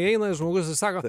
įeina žmogus ir sako